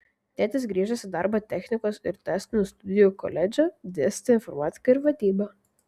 tėtis grįžęs į darbą technikos ir tęstinių studijų koledže dėstė informatiką ir vadybą